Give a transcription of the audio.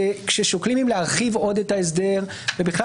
כששוקלים אם להרחיב עוד את ההסדר ובכלל